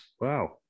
Wow